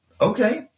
okay